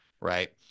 right